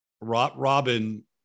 Robin